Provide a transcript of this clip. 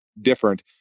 different